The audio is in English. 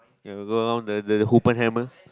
we have to go around the the hooper hammers